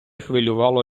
хвилювало